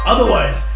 Otherwise